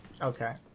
Okay